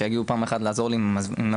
שיגיעו פעם אחת לעזור לי עם המזוודות,